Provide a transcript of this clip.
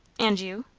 and you?